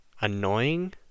annoying